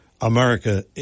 America